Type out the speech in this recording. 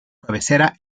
cabecera